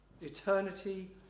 Eternity